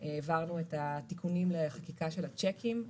העברנו את התיקונים לחקיקה של השיקים.